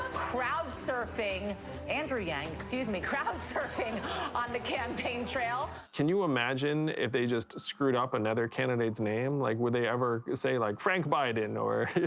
crowd surfing andrew yang, excuse me. crowd surfing on the campaign trail. can you imagine if they just screwed up another candidate's name? like, would they ever say like frank biden or